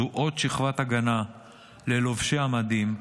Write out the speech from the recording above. זו עוד שכבת הגנה ללובשי המדים,